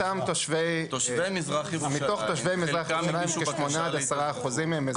מתוך אותם תושבי מזרח ירושלים כ- 8-10% מהם הם אזרחים.